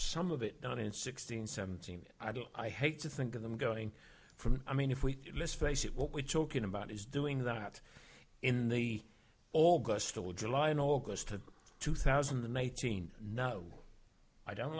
some of it not in sixteen seventeen i don't i hate to think of them going from i mean if we list face it what we're talking about is doing that in the all girls school july and august of two thousand and eighteen no i don't